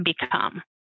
become